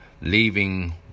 leaving